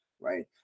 right